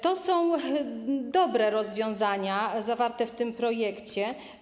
To są dobre rozwiązania zawarte w tym projekcie.